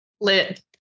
Lit